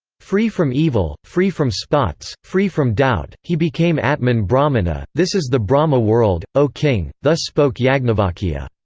free from evil, free from spots, free from doubt, he became atman-brahmana this is the brahma-world, o king, thus spoke yagnavalkya.